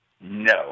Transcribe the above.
No